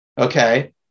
okay